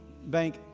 bank